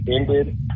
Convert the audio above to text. ended